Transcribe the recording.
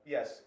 Yes